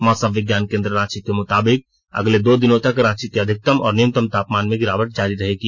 मौसम विज्ञान केंद्र रांची के मुताबिक अगले दो दिनों तक रांची के अधिकतम और न्यूनतम तापमाम में गिरावट जारी रहेगी